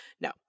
no